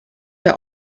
der